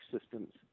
systems